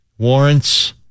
Warrants